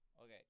Okay